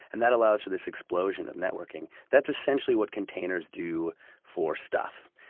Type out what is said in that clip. and that allows for this explosion of networking. that's essentially what containers do for stuff.